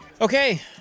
Okay